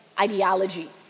ideology